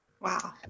Wow